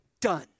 Done